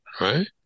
Right